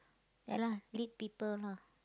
ya lah lead people lah